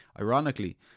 Ironically